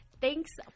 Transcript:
thanks